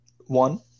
One